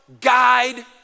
guide